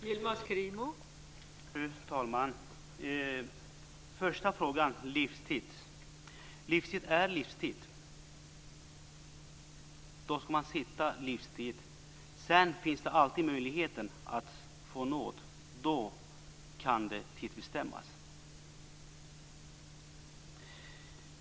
Fru talman! Den första frågan gällde livstid. Livstid är livstid. Då ska man sitta livstid. Sedan finns alltid möjligheten att få nåd. Då kan det tidsbestämmas.